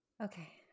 Okay